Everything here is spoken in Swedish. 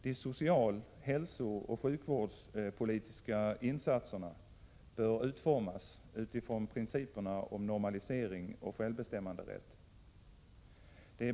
De social-, hälsooch sjukvårdspolitiska insatserna bör utformas utifrån principerna om normalisering och självbestämmanderätt.